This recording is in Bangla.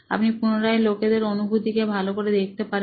আপনি পুনরায় লোকেদের অনুভূতিকে ভালো করে দেখতে পারেন